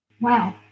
Wow